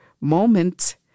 moment